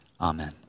amen